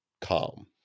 calm